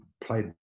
played